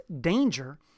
danger